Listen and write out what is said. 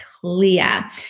clear